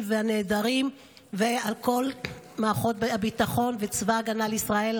והנעדרים ועל כל מערכות הביטחון וצבא ההגנה לישראל,